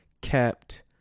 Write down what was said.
kept